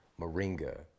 moringa